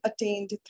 attained